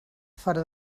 fora